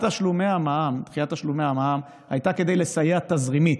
תשלומי המע"מ הייתה כדי לסייע תזרימית.